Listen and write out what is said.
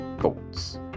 Thoughts